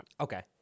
Okay